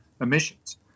emissions